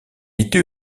était